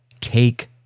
Take